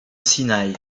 sinaï